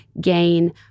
gain